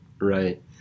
right